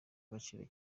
agaciro